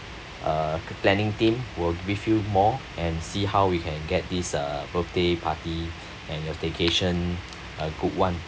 uh planning team will brief you more and see how we can get this uh birthday party and your vacation a good [one]